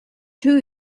two